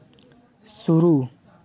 शुरू